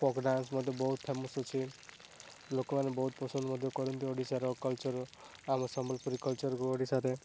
folk dance ମଧ୍ୟ ବହୁତ famous ଅଛି ଲୋକମାନେ ବହୁତ ପସନ୍ଦ ମଧ୍ୟ କରନ୍ତି ଓଡ଼ିଶାର କଲଚର୍ ଆମ ସମ୍ବଲପୁରୀ କଲଚର୍କୁ ଓଡ଼ିଶାରେ